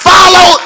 Follow